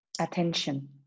attention